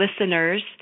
listeners